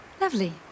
Lovely